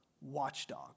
watchdog